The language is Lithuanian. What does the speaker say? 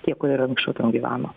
tie kurie ir anksčiau ten gyveno